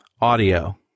audio